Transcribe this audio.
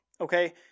okay